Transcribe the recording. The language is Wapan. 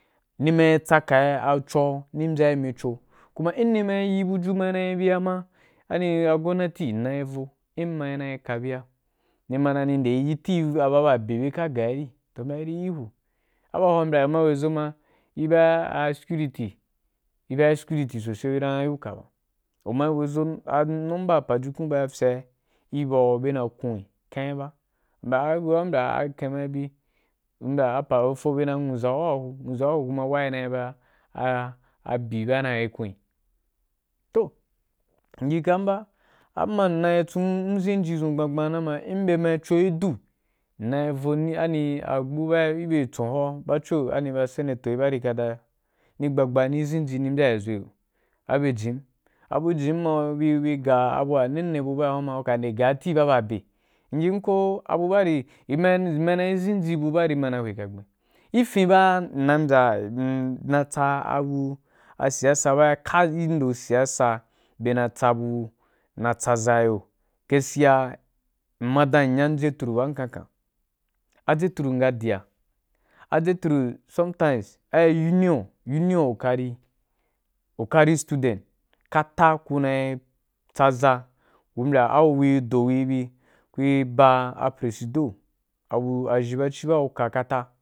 Ni ma ya tsaka yi acho a̍ ní mbya’i ni acho kuma in na mayi m buju ma in ni ma yi bi ya ma anibi ba gonnati inna yi vo, in ni ma yi ka biya ni ma dan ni ri nde yi tiva ba ba be, bye ka gai ri, bye ma yi ri vu, abuwa ma ni ma wei zo ma i ba i security ibai a security so sai na gi uka ba u ma wei zo a’ a number pajukun ba fye’a i ba gu bye na kun ken’ya ba ba’a yanda aken na bí u mbya apa be ni so dan nwuʒa’u wa hun nwuʒa’u wa hu wa hu a ne ba a byi ba na ya ken toh nyi kam ba am ma mna chenm zhen ji dʒun gban gban na da’in be ma cho i du, in a yi vo ani agbu ba gibye tson howa, bacho ani ba senator kata, ni gba gba ni zhenji ni mbya ‘i zogi yo, abye jim, abu jím ma kubi ku ga abu wa ne ne bu ba’i huan ma ku ka n de gaji buba be. Imyim ko abubari ima dan i zenji ma, abubari na’i hwe kagen. Gi fin ba nma yi mbya mna tsaabu, a siya sa ba kap gindo siyasa bye na tsa bu na tsaʒa i yo gaskiya m ma dan m’nyan jethro ba mkankan, a jethro nga diya. A jethro sometines ai union, union wukari wukari students kata kuna yi tsaza, unya agu ku yi do ku ri bi, ku yi ba a presidor a bu a zhen ban ci ba gi uka kata.